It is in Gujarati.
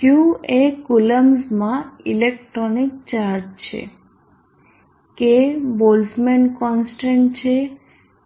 q એ કુમ્બ્સમાં ઇલેક્ટ્રોનિક ચાર્જ છે K બોલ્ટઝમેન કોન્સ્ટન્ટ છે